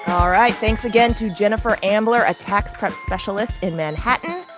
all right. thanks again to jennifer ambler, a tax prep specialist in manhattan.